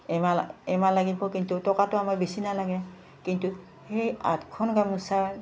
এমাহ এমাহ লাগিব কিন্তু টকাটো আমাৰ বেছি নালাগে কিন্তু সেই আঠখন গামোচা